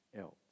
else